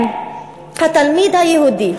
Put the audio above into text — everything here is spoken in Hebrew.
אם התלמיד היהודי